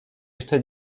jeszcze